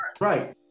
right